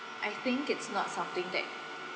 I think it's not something that